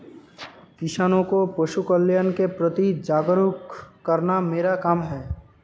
किसानों को पशुकल्याण के प्रति जागरूक करना मेरा काम है